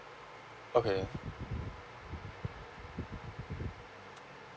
okay